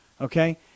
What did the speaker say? okay